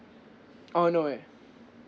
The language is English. orh I know where